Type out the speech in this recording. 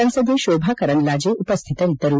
ಸಂಸದೆ ಶೋಭ ಕರಂದ್ಲಾಜೆ ಉಪಶ್ಯಿತರಿದ್ದರು